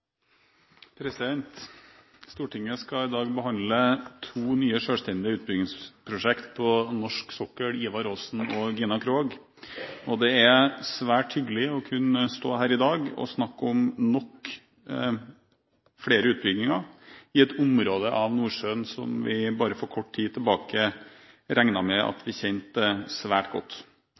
hen. Stortinget skal i dag behandle to nye selvstendige utbyggingsprosjekter på norsk sokkel, Ivar Aasen og Gina Krog. Det er svært hyggelig å kunne stå her i dag og snakke om flere utbygginger i et område av Nordsjøen som vi bare for kort tid tilbake regnet med at vi kjente svært godt.